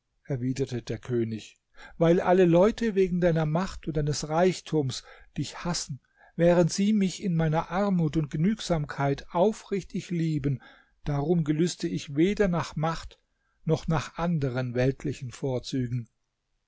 erwiderte der könig weil alle leute wegen deiner macht und deines reichtums dich hassen während sie mich in meiner armut und genügsamkeit aufrichtig lieben darum gelüste ich weder nach macht noch nach anderen weltlichen vorzügen